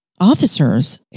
officers